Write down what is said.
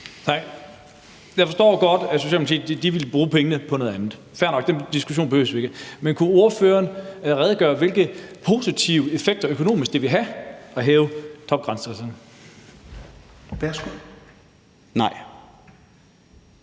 Tak. Jeg forstår godt, at Socialdemokratiet vil bruge pengene på noget andet. Fair nok. Den diskussion behøver vi ikke at tage. Men kunne ordføreren redegøre for, hvilke positive effekter det vil have økonomisk at hæve